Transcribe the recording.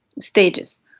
stages